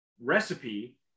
recipe